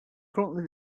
currently